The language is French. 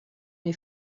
les